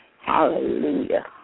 Hallelujah